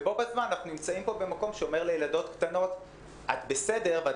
ובו בזמן אנחנו נמצאים פה במקום שאומר לילדות קטנות: את בסדר ואת